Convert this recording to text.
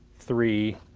three,